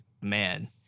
man